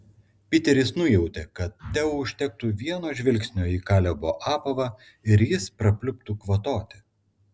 piteris nujautė kad teo užtektų vieno žvilgsnio į kalebo apavą ir jis prapliuptų kvatoti